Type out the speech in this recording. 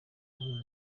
hamwe